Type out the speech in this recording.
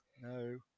No